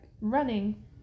running